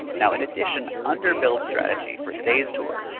now in addition, under build strategy for today's tour,